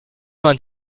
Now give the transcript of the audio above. vingt